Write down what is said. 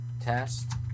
Test